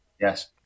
Yes